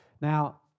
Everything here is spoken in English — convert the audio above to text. Now